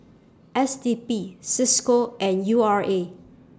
S D P CISCO and U R A